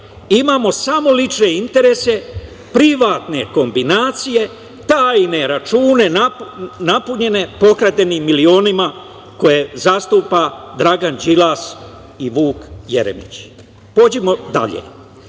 imamo samo lične interese, privatne kombinacije, tajne račune napunjene pokradenim milionima koje zastupa Dragan Đilas i Vuk Jeremić. Pođimo dalje.